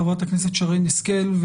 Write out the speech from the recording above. חברת הכנסת שרן השכל,